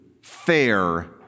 fair